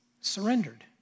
surrendered